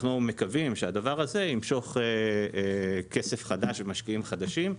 אנחנו מקווים שהדבר הזה ימשוך כסף חדש ומשקיעים חדשים,